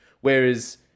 whereas